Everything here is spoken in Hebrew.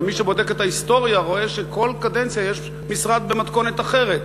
ומי שבודק את ההיסטוריה רואה שכל קדנציה יש משרד במתכונת אחרת.